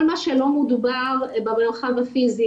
כל מה שמדובר במרחב הפיזי,